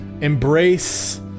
embrace